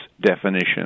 definition